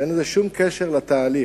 ואין לזה שום קשר לתהליך,